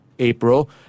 April